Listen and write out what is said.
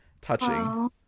touching